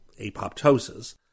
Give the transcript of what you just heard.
apoptosis